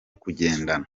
kugendana